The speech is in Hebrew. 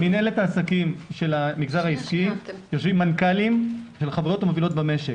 במנהלת העסקים של המגזר העסקי יושבים מנכ"לים של החברות המובילות במשק.